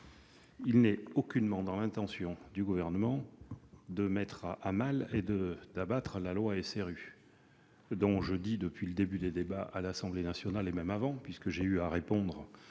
Il n'est nullement dans les intentions du Gouvernement de mettre à mal et d'abattre cette loi, dont je dis depuis le début des débats à l'Assemblée nationale et même avant, puisque j'ai eu à répondre